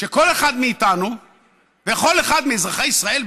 שכל אחד מאיתנו וכל אחד מאזרחי מדינת ישראל,